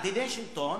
על דיני שלטון,